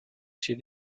chez